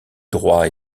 droit